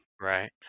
Right